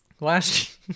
last